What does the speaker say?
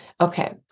Okay